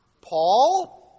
Paul